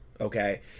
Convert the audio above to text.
okay